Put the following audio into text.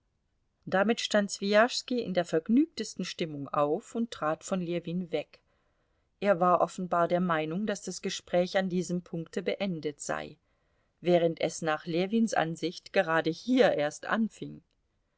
damit stand swijaschski in der vergnügtesten stimmung auf und trat von ljewin weg er war offenbar der meinung daß das gespräch an diesem punkte beendet sei während es nach ljewins ansicht gerade hier erst anfing